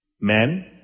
Men